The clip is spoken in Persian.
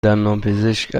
دندانپزشک